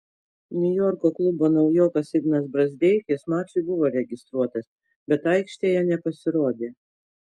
niujorko klubo naujokas ignas brazdeikis mačui buvo registruotas bet aikštėje nepasirodė